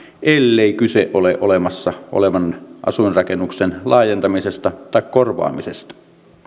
ellei kyse ole olemassa olevan asuinrakennuksen laajentamisesta tai korvaamisesta